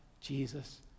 Jesus